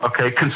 okay